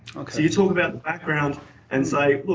okay. so you talk about the background and say,